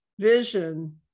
vision